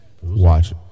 Watch